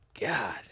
God